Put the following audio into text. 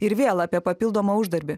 ir vėl apie papildomą uždarbį